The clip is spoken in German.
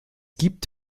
gibt